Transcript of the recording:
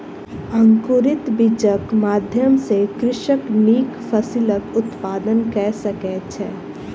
अंकुरित बीजक माध्यम सॅ कृषक नीक फसिलक उत्पादन कय सकै छै